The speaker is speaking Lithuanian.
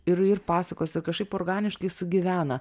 ir ir pasakos ir kažkaip organiškai sugyvena